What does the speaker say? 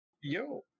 yo